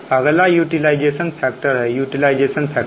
अगला utilization factor है utilization factor